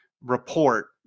report